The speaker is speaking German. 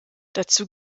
dazu